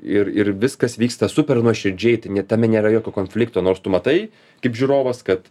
ir ir viskas vyksta super nuoširdžiai tai tame nėra jokio konflikto nors tu matai kaip žiūrovas kad